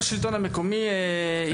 רון,